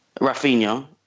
Rafinha